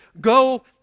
go